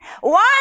One